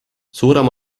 suurem